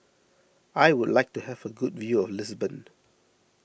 I would like to have a good view of Lisbon